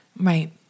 Right